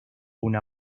una